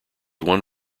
one